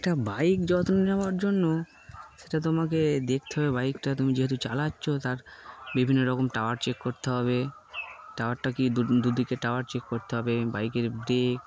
একটা বাইক যত্ন নেওয়ার জন্য সেটা তোমাকে দেখতে হবে বাইকটা তুমি যেহেতু চালাচ্ছ তার বিভিন্ন রকম টাওয়ার চেক করতে হবে টাওয়ারটা কি দুদিকে টাওয়ার চেক করতে হবে বাইকের ব্রেক